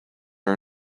are